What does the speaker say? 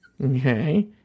Okay